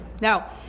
now